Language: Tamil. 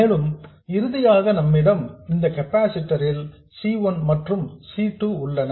மேலும் இறுதியாக நம்மிடம் இந்த கெபாசிட்டர்ஸ் C 1 மற்றும் C 2 உள்ளன